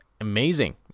amazing